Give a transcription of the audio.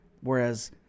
Whereas